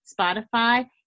Spotify